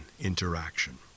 interaction